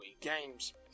Games